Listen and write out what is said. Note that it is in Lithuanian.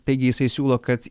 taigi jisai siūlo kad